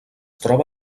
troba